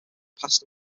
past